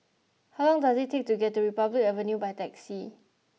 how long does it take to get to Republic Avenue by taxi